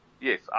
Yes